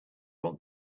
what